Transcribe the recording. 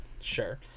sure